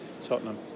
Tottenham